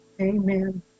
Amen